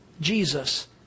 Jesus